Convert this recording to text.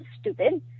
stupid